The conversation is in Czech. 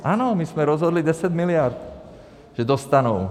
Ano, my jsme rozhodli 10 mld že dostanou.